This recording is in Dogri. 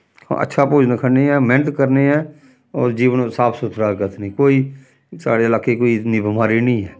अच्छा भोजन खन्ने ऐं मेह्नत करने ऐं होर जीवन साफ सुथरा रक्खनें कोई साढ़े लाके च कोई इतनी बमारी निं ऐ